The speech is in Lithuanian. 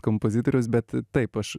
kompozitorius bet taip aš